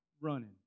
running